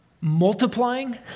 multiplying